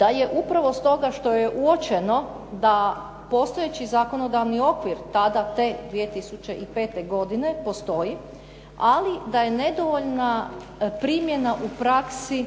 da je upravo stoga što je uočeno da postojeći zakonodavni okvir tada te 2005. godine postoji, ali da je nedovoljna primjena u praksi